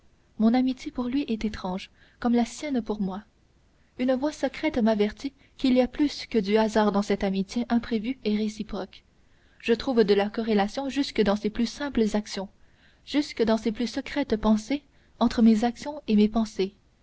mon amitié pour lui est étrange comme la sienne pour moi une voix secrète m'avertit qu'il y a plus que du hasard dans cette amitié imprévue et réciproque je trouve de la corrélation jusque dans ses plus simples actions jusque dans ses plus secrètes pensées entre mes actions et mes pensées